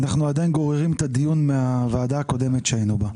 גוררים את הדיון מהוועדה הקודמת שהיינו בה.